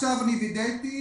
עכשיו וידאתי